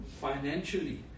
financially